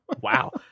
Wow